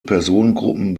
personengruppen